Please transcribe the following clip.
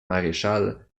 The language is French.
maréchal